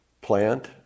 Plant